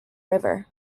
river